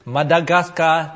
Madagascar